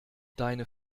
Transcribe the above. deine